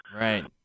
Right